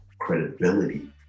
credibility